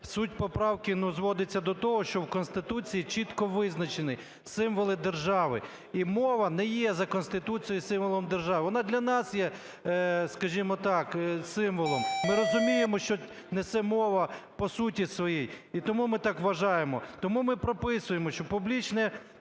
Суть поправки, ну, зводиться до того, що в Конституції чітко визначені символи держави, і мова не є за Конституцією символом держави. Вона для нас є, скажімо так, символом. Ми розуміємо, що несе мова по суті своїй. І тому ми так вважаємо. Тому ми прописуємо, що публічне